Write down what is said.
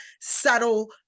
subtle